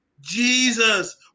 jesus